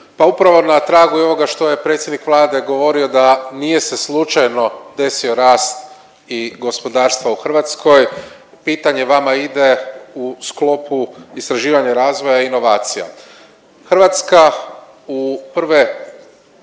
pa upravo na tragu i ovoga što je predsjednik Vlade govorio da nije se slučajno desio rast i gospodarstva u Hrvatskoj pitanje vama ide u sklopu istraživanja, razvoja i inovacija. Hrvatska u prve